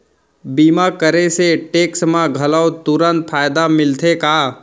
बीमा करे से टेक्स मा घलव तुरंत फायदा मिलथे का?